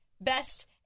best